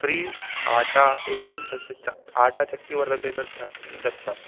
free आटा एवं तस्य चक् आटाचक्कि वर्तते तद् दत्तम्